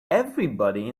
everybody